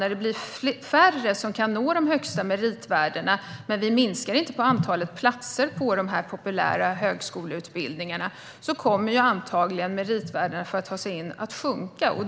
När det blir färre som kan nå de högsta meritvärdena - men vi minskar inte antalet platser på dessa populära högskoleutbildningar - kommer antagligen de meritvärden som krävs för att man ska kunna ta sig in att sjunka.